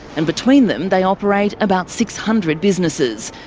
and between them they operate about six hundred businesses.